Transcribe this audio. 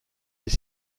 est